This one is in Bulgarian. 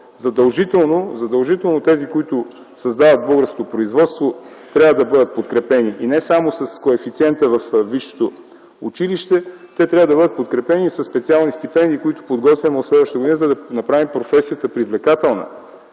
задължително онези, които създават българското производство, трябва да бъдат подкрепени и не само с коефициента във висшето училище, а да бъдат подкрепени със специални стипендии, които подготвяме от следващата година, за да се направи професията привлекателна.